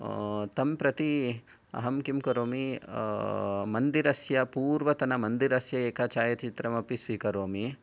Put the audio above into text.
तं प्रति अहं किं करोमि मन्दिरस्य पूर्वतनमन्दिरस्य एकं छायाचित्रमपि स्वीकरोमि